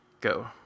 go